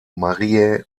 mariä